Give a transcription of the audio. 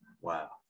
Wow